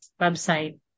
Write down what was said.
website